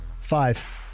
Five